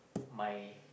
my